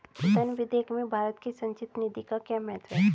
धन विधेयक में भारत की संचित निधि का क्या महत्व है?